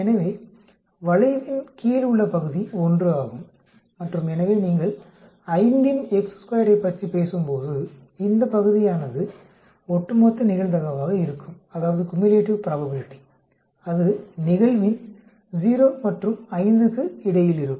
எனவே வளைவின் கீழ் உள்ள பகுதி 1 ஆகும் மற்றும் எனவே நீங்கள் 5 இன் ஐப் பற்றி பேசும்போது இந்த பகுதியானது ஒட்டுமொத்த நிகழ்தகவாக இருக்கும் அது நிகழ்வின் 0 மற்றும் 5 க்கு இடையில் இருக்கும்